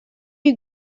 you